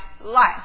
life